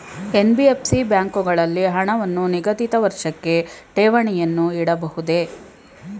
NBFC ಬ್ಯಾಂಕುಗಳಲ್ಲಿ ಹಣವನ್ನು ನಿಗದಿತ ವರ್ಷಕ್ಕೆ ಠೇವಣಿಯನ್ನು ಇಡಬಹುದೇ?